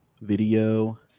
video